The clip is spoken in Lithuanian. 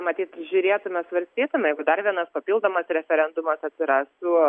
matyt žiūrėtume svarstytume jeigu dar vienas papildomas referendumas atsirastų